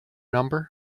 number